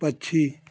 पक्षी